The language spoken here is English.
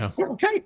Okay